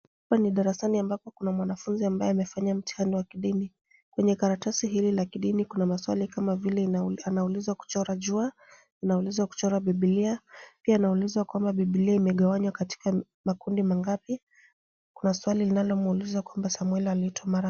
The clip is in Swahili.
Hapa ni darasani ambapo kuna mwanafunzi ambaye amefanya mtihani wake wa kidini. Kwenye karatasi hili la kidini kuna maswali kama vile anaulizwa kuchora jua, anaulizwa kuchora bibilia, pia anaulizwa kuwa bibilia imegawanywa katika makundi mangapi. Kuna swali linalouliza samweli aliitwa mara ngapi.